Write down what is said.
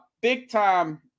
Big-time